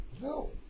No